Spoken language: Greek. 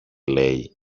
λέει